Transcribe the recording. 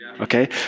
okay